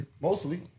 Mostly